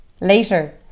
Later